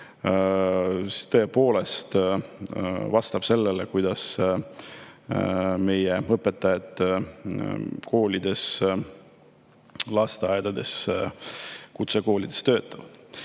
lisa tõepoolest vastab sellele, kuidas meie õpetajad koolides, lasteaedades ja kutsekoolides töötavad?